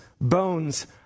bones